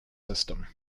system